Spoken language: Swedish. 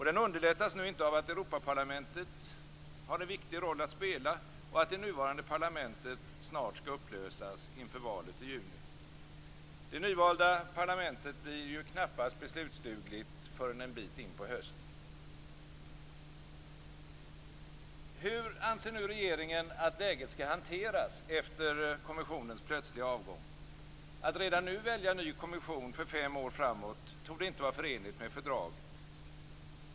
Den underlättas nu inte av att Europaparlamentet har en viktig roll att spela och att det nuvarande parlamentet snart skall upplösas inför valet i juni. Det nyvalda parlamentet blir knappast beslutsdugligt förrän en bit in på hösten. Hur anser regeringen att läget skall hanteras efter kommissionens plötsliga avgång? Att redan nu välja ny kommission för fem år framåt torde inte vara förenligt med fördraget.